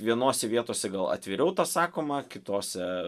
vienose vietose gal atviriau tas sakoma kitose